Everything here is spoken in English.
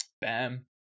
Bam